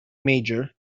major